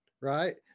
right